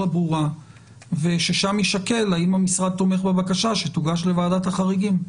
ברורה וששם יישקל האם המשרד תומך בבקשה שתוגש לוועדת החריגים?